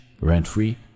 rent-free